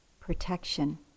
protection